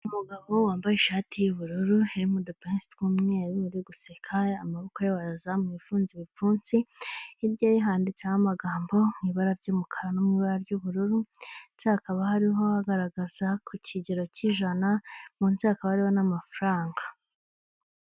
Umugabo wambaye ishati y'ubururu irimo udupesi twu'mweru uri guseka, amaboko ye wayazamuye ufunze ibipfunsi, hirya ye handitseho amagambo mu ibara ry'umukara no mu ibara ry'ubururu ndetse hakaba hariho bagaragaza ku kigero cy'ijana munsi hakaba hariho n'amafaranga.